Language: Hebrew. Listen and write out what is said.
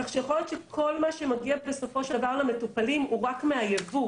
כך שכל מה שמגיע בסופו של דבר למטופלים הוא רק מהייבוא.